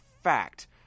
fact